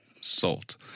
Salt